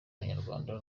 abanyarwanda